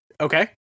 Okay